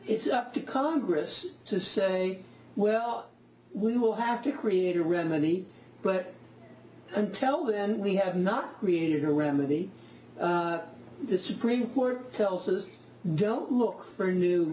it's up to congress to say well we will have to create a remedy but and tell them we have not created a remedy the supreme court tells us don't look for new